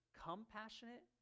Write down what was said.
compassionate